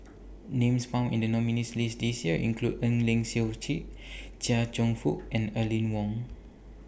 Names found in The nominees' list This Year include Eng Lee Seok Chee Chia Cheong Fook and Aline Wong